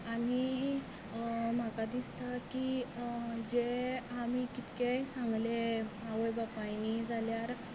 आनी म्हाका दिसता की जें आमी कितकेंय सांगलें आवय बापायनी जाल्यार